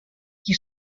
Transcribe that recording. qui